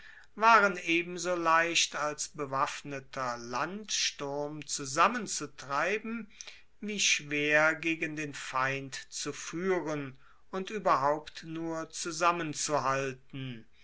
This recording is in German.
waren ebenso leicht als bewaffneter landsturm zusammenzutreiben wie schwer gegen den feind zu fuehren und ueberhaupt nur zusammenzuhalten